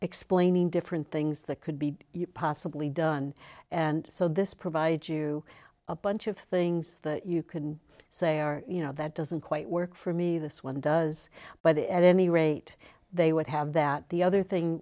explaining different things that could be possibly done and so this provides you a bunch of things that you can say are you know the it doesn't quite work for me this one does but at any rate they would have that the other thing